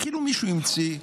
זה כאילו מישהו המציא.